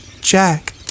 Jack